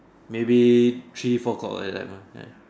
maybe three four o-clock like that one like